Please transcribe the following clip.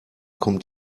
kommt